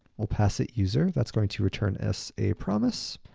we'll pass it user, that's going to return as a promise.